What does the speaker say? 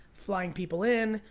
flying people in.